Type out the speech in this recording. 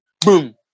boom